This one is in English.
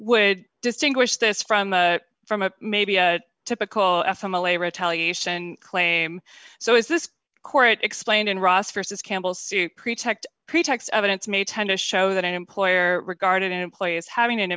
would distinguish this from from a maybe a typical family retaliation claim so is this court explained in ross versus campbell soup pretext pretext evidence may tend to show that an employer regarded employee as having an